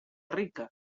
rica